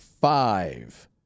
five